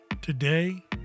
Today